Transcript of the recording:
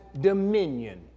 dominion